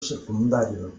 secundario